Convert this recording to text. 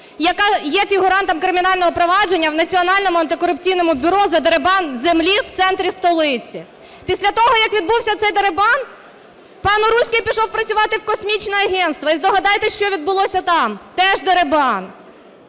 яка є фігурантом кримінального провадження в Національному антикорупційному бюро за дерибан землі в центрі столиці. Після того, як відбувся цей дерибан, пан Уруський пішов працювати в Космічне агентство. І здогадайтеся, що відбулося там. Теж дерибан.